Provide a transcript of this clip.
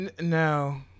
No